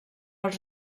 els